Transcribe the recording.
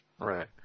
right